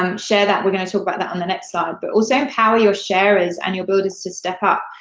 um share that. we're gonna talk about that on the next slide, but also empower your sharers and your builders to step up.